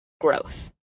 growth